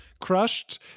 crushed